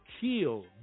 kill